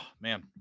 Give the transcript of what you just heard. man